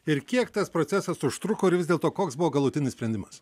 ir kiek tas procesas užtruko ir vis dėlto koks buvo galutinis sprendimas